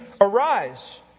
Arise